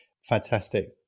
fantastic